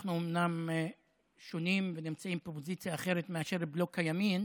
אנחנו אומנם שונים ונמצאים בפוזיציה אחרת מאשר בלוק הימין,